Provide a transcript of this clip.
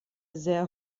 sehr